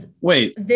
wait